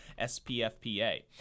SPFPA